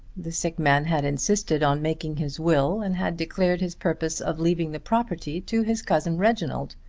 the sick man had insisted on making his will and had declared his purpose of leaving the property to his cousin reginald.